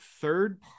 third